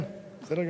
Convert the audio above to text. כן, בסדר גמור.